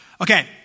Okay